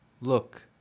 Look